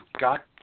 got